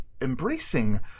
embracing